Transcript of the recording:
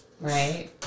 Right